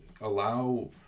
allow